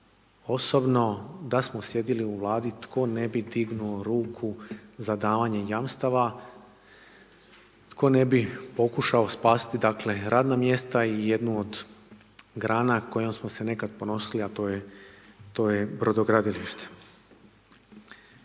osobno, da smo sjedili u vladi, tko ne bi digao ruku za davanje jamstava, tko ne bi pokušao spasiti radna mjesta i jednu od grana, kojom smo se nekada ponosili, a to je brodogradilište.